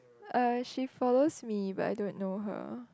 uh she follows me but I don't know her